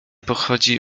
pochodzi